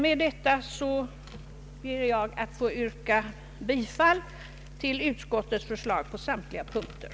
Med detta ber jag att få yrka bifall till utskottets förslag på samtliga punkter.